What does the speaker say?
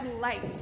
light